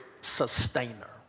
sustainer